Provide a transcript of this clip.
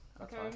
okay